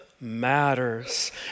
matters